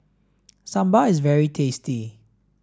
Sambar is very tasty